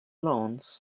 lawns